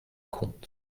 compte